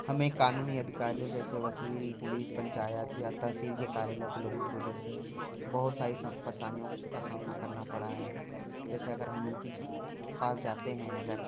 हमे कानूनी अधिकारियों जैसे वकील पुलिस पंचायत या तहसील के कार्यालय के लोगों की वजह से बहुत सारे सम परेशानियों का सामना करना पड़ा है वैसे अगर हम उनकी ज पास जाते हैं अगर